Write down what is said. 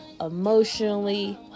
emotionally